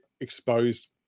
exposed